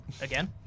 again